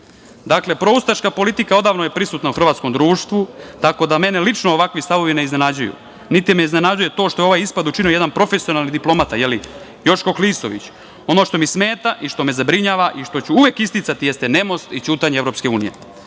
šalje? Dakle, proustaška politika odavno je prisutna u hrvatskom društvu, tako da mene lično ovakvi stavovi ne iznenađuju, niti me iznenađuje to što je ovaj ispad učinio jedan profesionalni diplomata Joško Klisović. Ono što mi smeta i što me zabrinjava i što ću uvek isticati jeste nemost i ćutanje EU.Hvala dragom